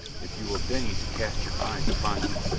if you will deign to cast your eyes upon him.